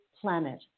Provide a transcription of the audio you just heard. planet